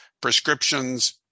prescriptions